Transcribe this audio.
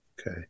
okay